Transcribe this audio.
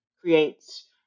creates